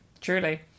Truly